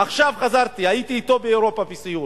עכשיו חזרתי, הייתי אתו באירופה בסיור.